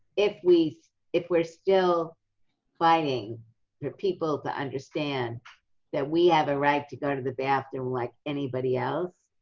if we if we're still fighting for people to understand that we have a right to go to the bathroom like anybody else,